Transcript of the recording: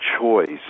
choice